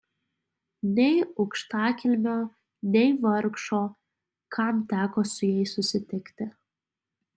nei aukštakilmio nei vargšo kam teko su jais susitikti